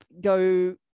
go